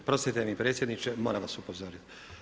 Oprostite mi predsjedniče, moram vas upozoriti.